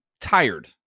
tired